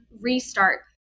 restart